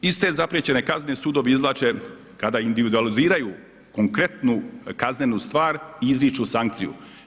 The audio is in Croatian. Iz te zapriječene kazne sudovi izvlače kada individualiziraju konkretnu kaznenu stvar, izriču sankciju.